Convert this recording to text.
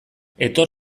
etor